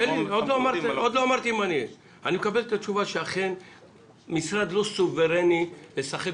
עוד לא אמרתי --- אני מקבל את התשובה שאכן משרד לא סוברני לשחק